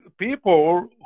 people